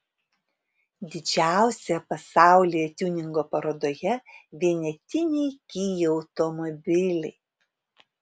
didžiausioje pasaulyje tiuningo parodoje vienetiniai kia automobiliai